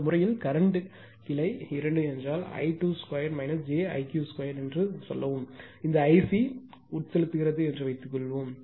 இந்த முறையில் கரண்ட்கிளை 2 என்றால் Id2 jIq2 என்று சொல்லவும் இந்த Ic உட்செலுத்துகிறது என்று வைத்துக்கொள்வோம்